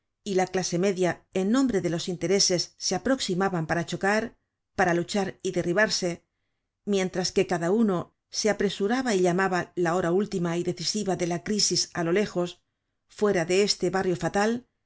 y la clase media en nombre de los intereses se aproximaban para chocar para luchar y derribarse mientras que cada uno se apresuraba y llamaba la hora última y decisiva de la crisis á lo lejos fuera de este barrio fatal